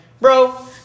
Bro